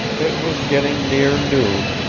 it was getting near noon,